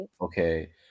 okay